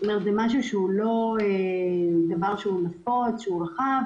כך שזה לא משהו שהוא נפוץ ורחב,